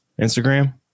Instagram